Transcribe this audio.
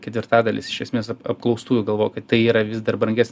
ketvirtadalis iš esmės ap apklaustųjų galvoja kad tai yra vis dar branges